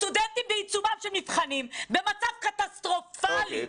הסטודנטים בעיצומם של מבחנים, במצב קטסטרופלי,